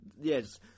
yes